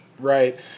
Right